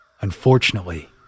Unfortunately